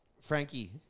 Frankie